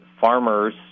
farmers